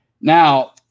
Now